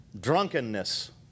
Drunkenness